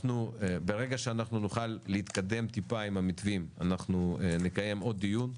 ברגע שאנחנו נוכל להתקדם טיפה עם המתווים אנחנו נקיים עוד דיון.